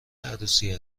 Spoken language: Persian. عروسی